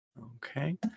Okay